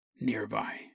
nearby